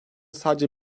sadece